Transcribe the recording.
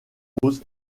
pose